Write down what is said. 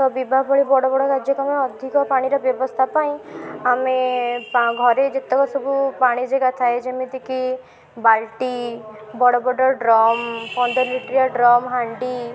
ତ ବିବାହ ଭଳି ବଡ଼ବଡ଼ କାର୍ଯ୍ୟକ୍ରମରେ ଅଧିକ ପାଣିର ବ୍ୟବସ୍ଥା ପାଇଁ ଆମେ ପା ଘରେ ଯେତକ ସବୁ ପାଣି ଯାଗା ଥାଏ ଯେମିତି କି ବାଲ୍ଟି ବଡ଼ବଡ଼ ଡ୍ରମ୍ ପନ୍ଦର ଲିଟିରିଆ ଡ୍ରମ୍ ହାଣ୍ଡି